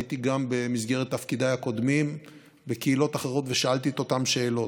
הייתי גם במסגרת תפקידיי הקודמים בקהילות אחרות ושאלתי את אותן שאלות,